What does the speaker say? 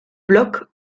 bloc